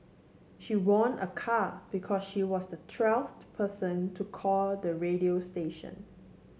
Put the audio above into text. she won a car because she was the twelfth person to call the radio station